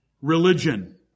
religion